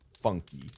funky